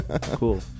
cool